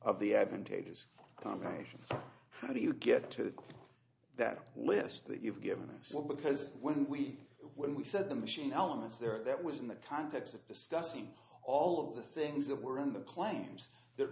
of the advantageous combinations how do you get to that list that you've given us all because when we when we said the machine elements there that was in the context of discussing all of the things that were in the claims that